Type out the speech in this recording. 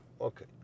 Okay